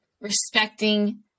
respecting